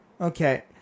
Okay